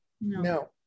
No